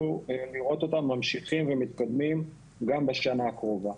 לראות אותם ממשיכים ומתקדמים גם בשנה הקרובה.